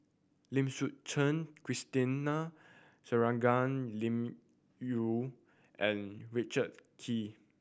Lim Suchen Christine Shangguan Liuyun and Richard Kee